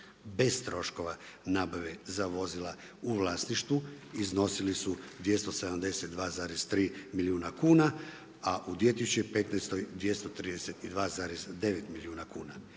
bez troškova nabave za vozila u vlasništvu iznosili su 272,3 milijuna kuna, a u 2015. 232,9 milijuna kuna.